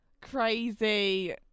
crazy